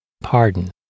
pardon